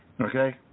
Okay